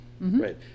right